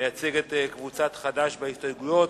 שמייצג את קבוצת חד"ש בהסתייגויות.